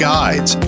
Guides